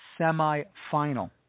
semifinal